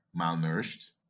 malnourished